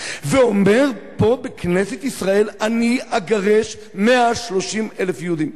ואומר פה בכנסת ישראל: אני אגרש 130,000 יהודים?